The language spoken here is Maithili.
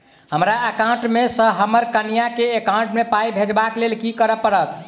हमरा एकाउंट मे सऽ हम्मर कनिया केँ एकाउंट मै पाई भेजइ लेल की करऽ पड़त?